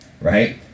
right